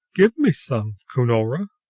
give me some, cunora!